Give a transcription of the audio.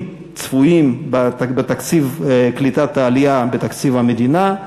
צפויים בתקציב קליטת העלייה בתקציב המדינה,